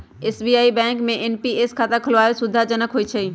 SBI bank में NPS खता खोलेनाइ सुविधाजनक होइ छइ